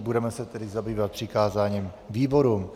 Budeme se tedy zabývat přikázáním výborům.